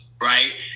Right